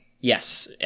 Yes